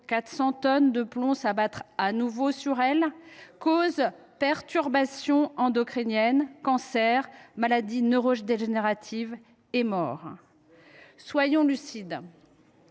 400 tonnes de plomb s’abattre à nouveau sur elle !– causent perturbations endocriniennes, cancers, maladies neurodégénératives et morts. Soyons lucides